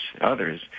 others